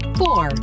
four